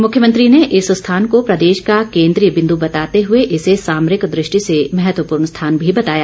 मुख्यमंत्री ने इस स्थान को प्रदेश का केन्द्रीय बिंदु बताते हुए इसे सामरिक दृष्टि से महत्वपूर्ण स्थान भी बताया